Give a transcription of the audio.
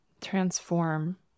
transform